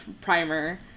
primer